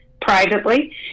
privately